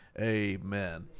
amen